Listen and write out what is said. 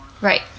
Right